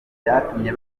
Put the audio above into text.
byatumye